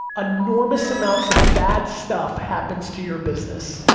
enormous amounts of bad stuff happens to your business.